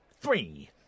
three